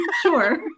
Sure